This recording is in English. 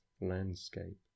landscape